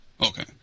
Okay